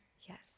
Yes